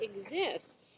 exists